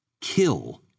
Kill